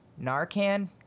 Narcan